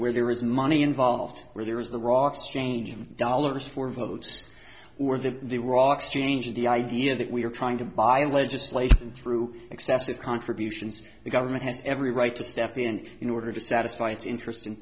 where there is money involved where there is the rovs changing dollars for votes or that the rocks change the idea that we are trying to buy legislation through excessive contributions the government has every right to step in in order to satisfy its interest in